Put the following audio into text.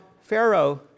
Pharaoh